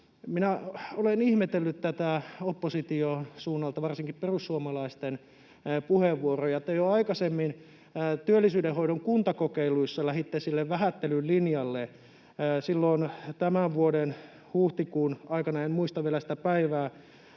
Olen ihmetellyt näitä puheenvuoroja opposition, varsinkin perussuomalaisten, suunnalta. Te jo aikaisemmin työllisyydenhoidon kuntakokeiluissa lähditte sille vähättelyn linjalle. Tämän vuoden huhtikuun aikana, en muista sitä päivää,